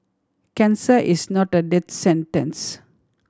cancer is not a death sentence